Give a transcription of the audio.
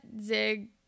Zig